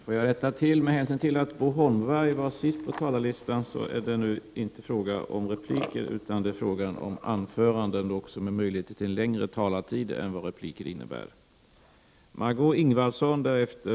Får jag komma med ett tillrättaläggande. Med hänsyn till att Bo Holmberg var sist på talarlistan är det nu inte fråga om repliker utan det är fråga om anföranden. Anföranden ger också möjlighet till längre talartid än vad repliker gör.